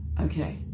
Okay